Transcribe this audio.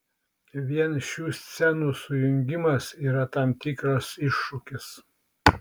vien šių scenų sujungimas yra tam tikras iššūkis